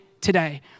today